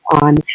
on